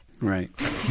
Right